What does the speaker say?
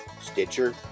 Stitcher